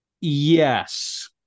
Yes